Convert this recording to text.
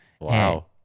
Wow